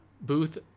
Booth